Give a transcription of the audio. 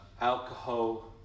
alcohol